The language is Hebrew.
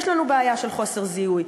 יש לנו בעיה של חוסר זיהוי,